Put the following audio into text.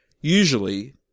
usually